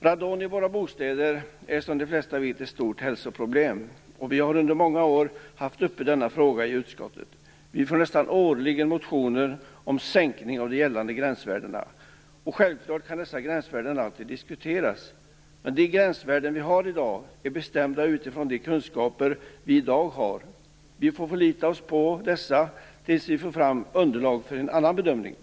Radon i våra bostäder är, som de flesta vet, ett stort hälsoproblem. Vi har under många år haft denna fråga uppe i utskottet. Vi får nästan årligen motioner om sänkning av de gällande gränsvärdena. Självklart kan dessa gränsvärden alltid diskuteras. De gränsvärden vi har i dag är bestämda utifrån de kunskaper vi har i dag. Vi får förlita oss på dem tills vi får fram underlag för en annan bedömning.